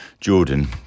Jordan